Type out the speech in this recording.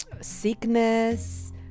sickness